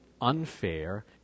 unfair